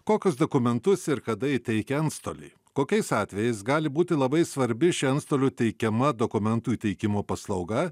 kokius dokumentus ir kada įteikia antstoliai kokiais atvejais gali būti labai svarbi ši antstolių teikiama dokumentų įteikimo paslauga